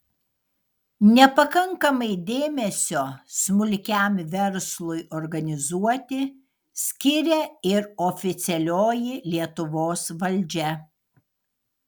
nepakankamai dėmesio smulkiam verslui organizuoti skiria ir oficialioji lietuvos valdžia